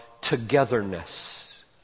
togetherness